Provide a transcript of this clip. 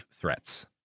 threats